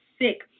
sick